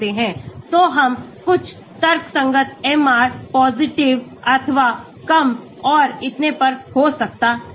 तो हम कुछ तर्कसंगत MR पॉजिटिव अथवा कम और इतने पर हो सकता हैं